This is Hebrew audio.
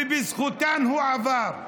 ובזכותן הוא עבר,